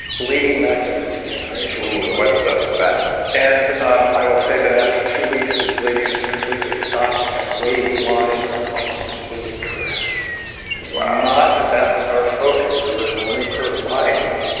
bleeding macular degeneration oh, the wet stuff is bad and um i will say that after two weeks the bleeding has completely stopped and the wavy lines are almost completely corrected wow! not that that was our focus. we're only providing